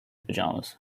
pajamas